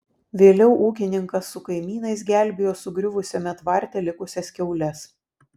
vėliau ūkininkas su kaimynais gelbėjo sugriuvusiame tvarte likusias kiaules